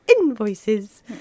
invoices